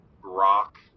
rock